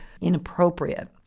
inappropriate